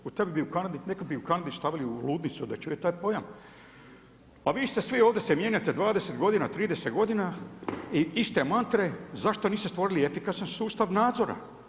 Zbog tog bi u Kanadi, neke bi u Kanadi stavili u ludnicu da čuje taj pojam a vi ste svi ovdje se mijenjate 20 godina, 30 godina i iste mantre zašto niste stvorili efikasan sustav nadzora.